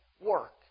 work